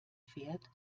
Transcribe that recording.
fährt